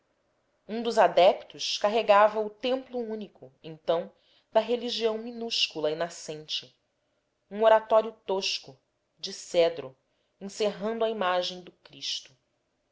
um dos adeptos carregava o templo único então da religião minúscula e nascente um oratório tosco de cedro encerrando a imagem do cristo